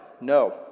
No